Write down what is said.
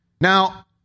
Now